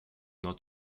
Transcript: not